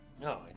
No